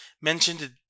mentioned